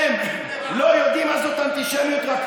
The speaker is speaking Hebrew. לא תהיה אחרי רבים לרעת,